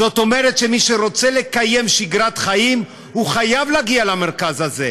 זאת אומרת שמי שרוצה לקיים שגרת חיים חייב להגיע למרכז הזה.